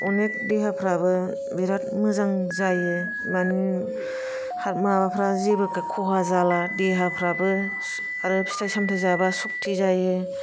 अनेख देहाफ्राबो बिराद मोजां जायो मानि माबाफ्रा जेबो खहा जाला देहाफ्राबो आरो फिथाइ सामथाइ जाबा शक्ति जायो